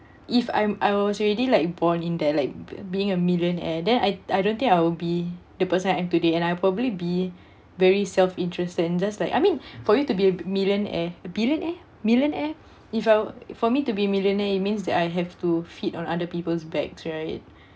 if I'm I was already like born in that like being a millionaire then I I don't think I will be the person I am today and I'll probably be very self interested in just like I mean for you to be a millionaire billionaire millionaire if I for me to be millionaire it means that I have to fit on other people's bags right